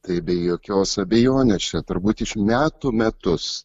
tai be jokios abejonės čia turbūt iš metų metus